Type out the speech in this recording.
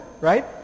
Right